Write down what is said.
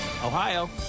Ohio